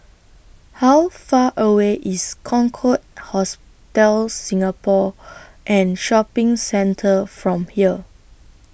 How Far away IS Concorde Hotel Singapore and Shopping Centre from here